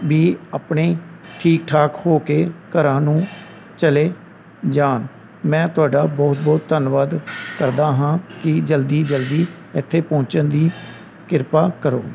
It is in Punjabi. ਵੀ ਆਪਣੇ ਠੀਕ ਠਾਕ ਹੋ ਕੇ ਘਰਾਂ ਨੂੰ ਚਲੇ ਜਾਣ ਮੈਂ ਤੁਹਾਡਾ ਬਹੁਤ ਬਹੁਤ ਧੰਨਵਾਦ ਕਰਦਾ ਹਾਂ ਕਿ ਜਲਦੀ ਜਲਦੀ ਇੱਥੇ ਪਹੁੰਚਣ ਦੀ ਕਿਰਪਾ ਕਰੋ